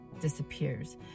disappears